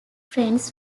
friends